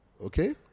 Okay